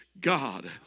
God